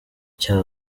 icyo